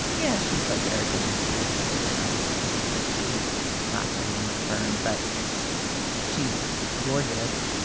yeah. she's like aragon. and she puts people down and she's a little bit too lacerating with a burn. but she's gorgeous.